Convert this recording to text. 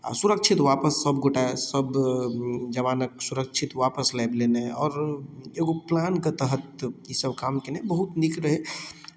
आ सुरक्षित वापस सब गोटा सब जवानक सुरक्षित वापस लाइब लेनाय और एगो प्लान के तहत ई सब काम केनाय बहुत नीक रहै